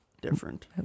different